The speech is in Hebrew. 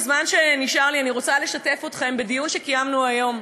בזמן שנשאר לי אני רוצה לשתף אתכם בדיון שקיימנו היום,